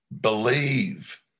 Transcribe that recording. Believe